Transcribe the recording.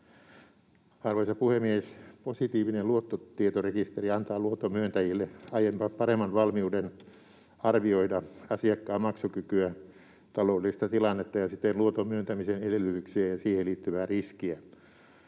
Arvoisa puhemies! Positiivinen luottotietorekisteri antaa luotonmyöntäjille aiempaa paremman valmiuden arvioida asiakkaan maksukykyä ja taloudellista tilannetta ja siten luoton myöntämisen edellytyksiä ja siihen liittyvää riskiä.